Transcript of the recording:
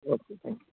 okay thank you